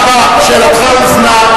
רק לטלוויזיה?